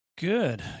Good